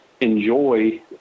enjoy